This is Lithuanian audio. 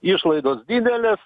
išlaidos didelės